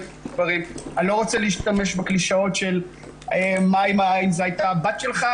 אני לא רוצה להשתמש בקלישאות של מה אם זו הייתה הבת שלך,